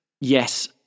Yes